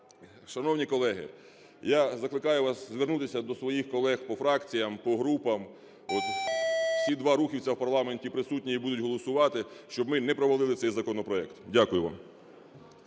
Шановні колеги, я закликаю вас звернутися до своїх колег по фракціям, по групам, от всі два рухівця в парламенті присутні і будуть голосувати, щоб ми не провалили цей законопроект. Дякую вам.